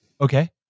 Okay